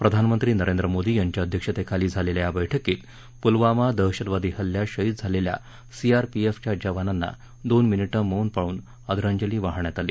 प्रधानमंत्री नरेंद्र मोदी यांच्या अध्यक्षतेखाली झालेल्या या बैठकीत पुलवमा दहशतवादी हल्ल्यात शहीद झालेल्या सीआरपीएफच्या जवानांना दोन मिनिटं मौन पाळून श्रद्वांजली वाहण्यात आली